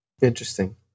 Interesting